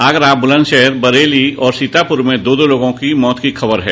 आगरा बलन्दशहर बरेली और सीतापुर में दो दो लोगों की मौत की ख़बर है